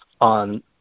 on